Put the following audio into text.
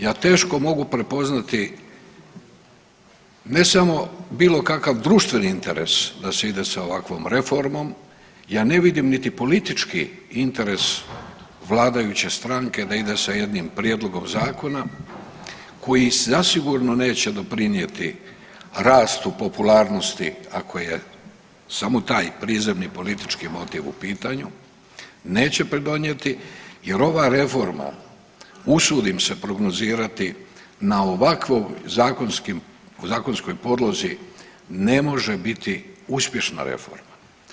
Ja teško mogu prepoznati ne samo bilo kakav društveni interes da se ide sa ovakvom reformom, ja ne vidim niti politički interes vladajuće stranke da ide sa jednim prijedlogom zakona koji zasigurno neće doprinijeti rastu popularnosti ako je samo taj prizemni, politički motiv u pitanju, neće pridonijeti jer ova reforma usudim se prognozirati na ovakvoj zakonskoj podlozi ne može biti uspješna reforma.